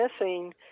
missing